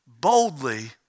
boldly